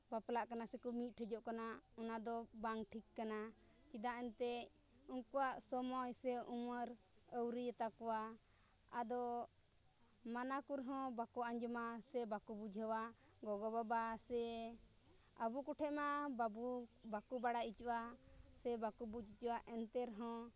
ᱵᱟᱯᱞᱟᱜ ᱠᱟᱱᱟ ᱥᱮᱠᱚ ᱢᱤᱫ ᱴᱷᱮᱡᱚᱜ ᱠᱟᱱᱟ ᱚᱱᱟᱫᱚ ᱵᱟᱝ ᱴᱷᱤᱠ ᱠᱟᱱᱟ ᱪᱮᱫᱟᱜ ᱮᱱᱛᱮᱫ ᱩᱱᱠᱩᱣᱟᱜ ᱥᱚᱢᱚᱭ ᱥᱮ ᱩᱢᱟᱹᱨ ᱟᱹᱣᱨᱤᱭᱟᱛᱟ ᱠᱚᱣᱟ ᱟᱫᱚ ᱢᱟᱱᱟ ᱠᱚ ᱨᱮᱦᱚᱸ ᱵᱟᱠᱚ ᱟᱸᱡᱚᱢᱟ ᱥᱮ ᱵᱟᱠᱚ ᱵᱩᱡᱷᱟᱹᱣᱟ ᱜᱚᱜᱚᱼᱵᱟᱵᱟ ᱥᱮ ᱟᱵᱚ ᱠᱚᱴᱷᱮᱡ ᱢᱟ ᱵᱟᱹᱵᱩ ᱵᱟᱠᱚ ᱵᱟᱲᱟᱭ ᱦᱚᱪᱚᱜᱼᱟ ᱥᱮ ᱵᱟᱠᱚ ᱵᱩᱡᱽ ᱦᱚᱪᱚᱜᱼᱟ ᱮᱱᱛᱮ ᱨᱮᱦᱚᱸ